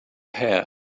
hair